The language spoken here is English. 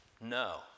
No